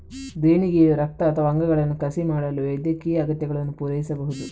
ದೇಣಿಗೆಯು ರಕ್ತ ಅಥವಾ ಅಂಗಗಳನ್ನು ಕಸಿ ಮಾಡಲು ವೈದ್ಯಕೀಯ ಅಗತ್ಯಗಳನ್ನು ಪೂರೈಸಬಹುದು